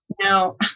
Now